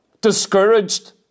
discouraged